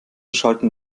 schalten